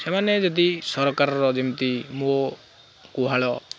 ସେମାନେ ଯଦି ସରକାରର ଯେମିତି ମୋ ଗୁହାଳ